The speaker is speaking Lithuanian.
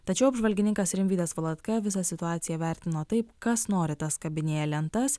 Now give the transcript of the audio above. tačiau apžvalgininkas rimvydas valatka visą situaciją vertino taip kas nori tas kabinėja lentas